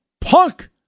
punk